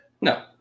No